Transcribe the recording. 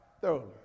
thoroughly